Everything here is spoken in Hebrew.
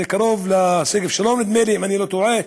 זה קרוב לשגב שלום, נדמה לי, אם אני לא טועה,